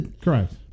Correct